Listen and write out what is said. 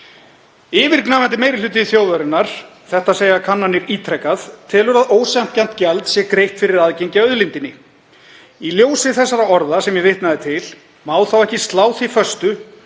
Yfirgnæfandi meiri hluti þjóðarinnar, þetta segja kannanir ítrekað, telur að ósanngjarnt gjald sé greitt fyrir aðgengi að auðlindinni. Í ljósi þeirra orða sem ég vitnaði til, má þá ekki slá því föstu